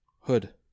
Hood